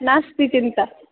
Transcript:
नास्ति चिन्ता